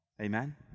Amen